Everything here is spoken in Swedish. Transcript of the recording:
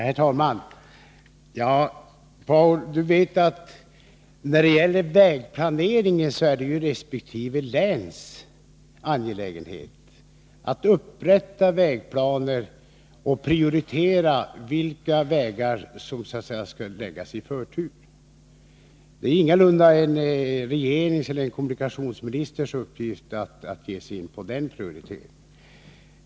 Herr talman! När det gäller vägplaneringen är det resp. läns angelägenhet att upprätta vägplaner och att prioritera vilka vägar som skall få förtur. Det är ingalunda en regerings eller en kommunikationsministers uppgift att ge sig in på den prioriteringen.